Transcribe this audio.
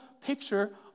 picture